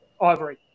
ivory